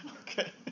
Okay